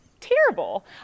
terrible